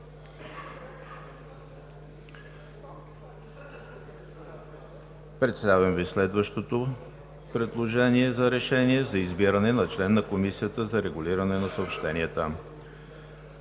запозная със следващото предложение за: „РЕШЕНИЕ за избиране на член на Комисията за регулиране на съобщенията“